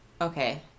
Okay